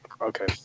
Okay